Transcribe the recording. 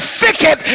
thicket